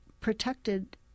protected